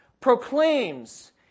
proclaims